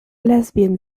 lesbian